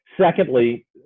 Secondly